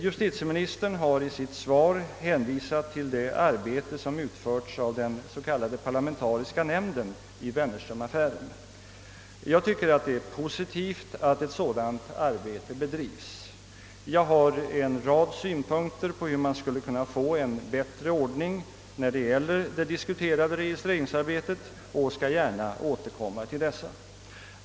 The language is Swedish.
Justitieministern har i sitt svar hänvisat till det arbete som utförts av den s.k. parlamentariska nämnden i Wennerströmaffären. Jag tycker att det är positivt att ett sådant arbete bedrivs. Jag har en rad synpunkter på hur man skulle kunna få en bättre ordning med avseende på det diskuterade registreringsarbetet och skall gärna återkomma härtill.